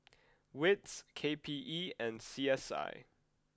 Wits K P E and C S I